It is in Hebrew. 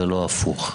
ולא הפוך.